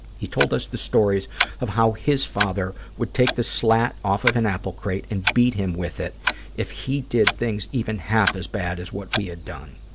he told us the stories of how his father would take the slat off of an apple crate and beat him with it if he did things even half as bad as what we had done.